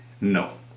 no